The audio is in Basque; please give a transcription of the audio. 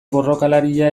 borrokalaria